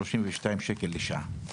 שלושים ושתיים שקל לשעה.